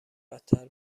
بدتر